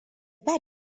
ba